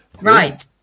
Right